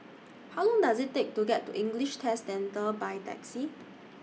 How Long Does IT Take to get to English Test Centre By Taxi